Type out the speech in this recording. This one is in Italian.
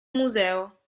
museo